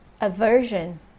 Aversion